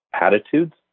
attitudes